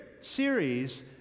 series